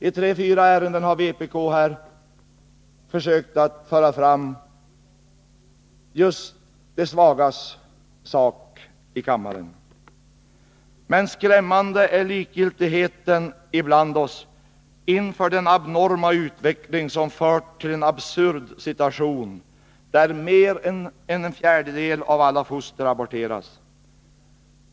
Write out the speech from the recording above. I tre fyra ärenden har vpk här i kammaren försökt att föra fram just de svagas sak. Men skrämmande är likgiltigheten ibland oss inför den abnorma utveckling som fört till en absurd situation, där mer än en fjärdedel av alla foster aborteras.